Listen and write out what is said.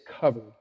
covered